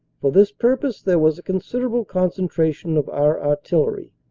for this purpose there was a considerable concentration of our artillery.